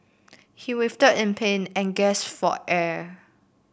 he writhed in pain and gasped for air